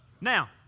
Now